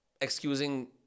Excusing